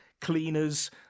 cleaners